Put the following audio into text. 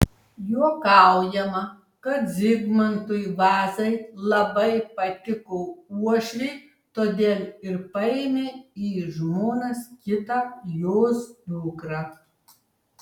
juokaujama kad zigmantui vazai labai patiko uošvė todėl ir paėmė į žmonas kitą jos dukrą